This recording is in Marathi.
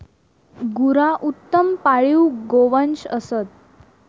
गुरा उत्तम पाळीव गोवंश असत